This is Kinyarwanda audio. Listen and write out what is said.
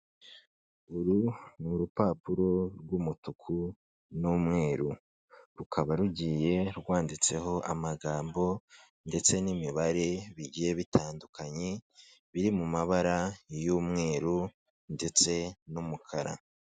Uru ni urupapuro rw'umutuku n'umweru. Rukaba rugiye rwanditseho amagambo ndetse n'imibare bigiye bitandukanye, biri mu mabara y'umweru ndetse n'umukara.